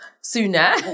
sooner